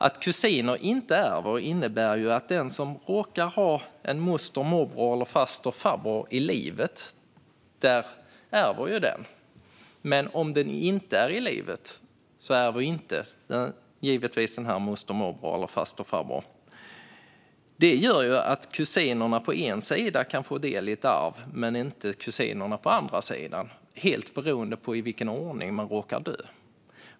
Att kusiner inte ärver innebär att om man råkar ha en moster, morbror, faster eller farbror i livet så ärver den. Men om den inte är i livet ärver givetvis inte denna moster, morbror, faster eller farbror. Det gör att kusinerna på den ena sidan kan få del av ett arv men inte kusinerna på den andra sidan, helt beroende på i vilken ordning denna moster, morbror, faster eller farbror råka dö.